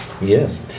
Yes